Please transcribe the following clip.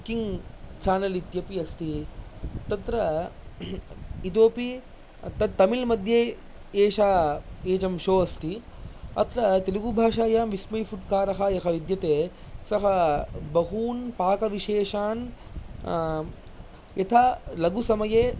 cooking channel इत्यपि अस्ति तत्र इतोऽपि तत् तमिल् मद्ये एषः एचं शो अस्ति अत्र तेलुगूभाषायां विस्मयीफुड्कारः यः विद्यते सः बहून् पाकविशेषान् यथा लघुसमये